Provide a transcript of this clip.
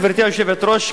גברתי היושבת-ראש,